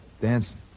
dancing